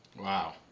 wow